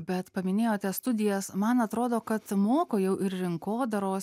bet paminėjote studijas man atrodo kad moko jau ir rinkodaros